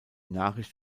nachricht